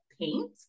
paint